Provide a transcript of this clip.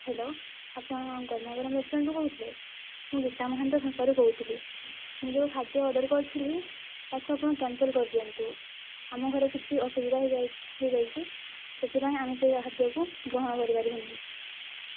hello ଆପଣ ଗରମାଗରମ ରେଷ୍ଟୁରାଣ୍ଟରୁ କହୁଥିଲେ ମୁଁ ଗୀତା ମହାନ୍ତ ଶସାରୁ କହୁଥିଲି ମୁଁ ଯୋଉ ଖାଦ୍ୟ ଅର୍ଡ଼ର୍ କରିଥିଲି ତାକୁ ଆପଣ କ୍ୟାନ୍ସଲ୍ କରିଦିଅନ୍ତୁ ଆମ ଘରେ କିଛି ଅସୁବିଧା ହେଇଯାଉ ହେଇଯାଇଛି ସେଥିପାଇଁ ଆମେ ସେଇ ଖାଦ୍ୟକୁ ଗ୍ରହଣ କରିପାରିବୁ ନାହିଁ